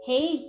Hey